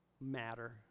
matter